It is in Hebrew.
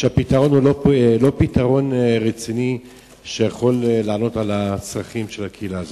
הפתרון הוא לא פתרון רציני שיכול לענות על הצרכים של הקהילה הזאת.